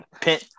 pin